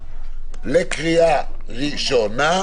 לקריאה ראשונה,